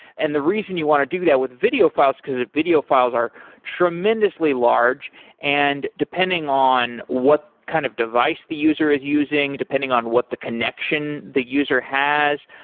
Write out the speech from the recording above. and the reason you want to do that with video files, because ah video files are tremendously large and depending on what kind of device the user is using, depending on what the connection the user has,